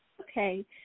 Okay